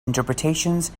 interpretations